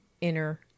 inner